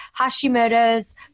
Hashimoto's